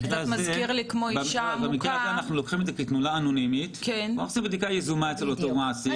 אנחנו לוקחים את זה כתלונה אנונימית ועושים בדיקה יזומה אצל אותו מעסיק,